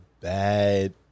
bad